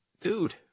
dude